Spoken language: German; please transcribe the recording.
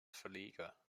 verleger